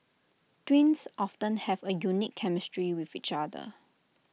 twins often have A unique chemistry with each other